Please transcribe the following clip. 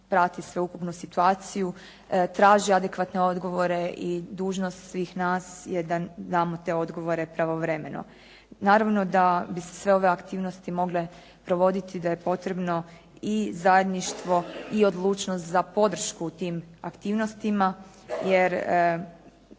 prati sveukupnu situaciju, traže adekvatne odgovore i dužnost svih nas je da damo te odgovore pravovremeno. Naravno da bi se sve ove aktivnosti mogle provoditi da je potrebno i zajedništvo i odlučnost za podršku u aktivnostima, jer